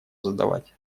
задавать